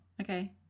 Okay